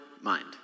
mind